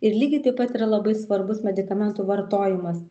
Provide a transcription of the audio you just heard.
ir lygiai taip pat yra labai svarbus medikamentų vartojimas